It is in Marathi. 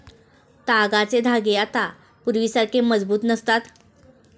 तागाचे धागे आता पूर्वीसारखे मजबूत नसतात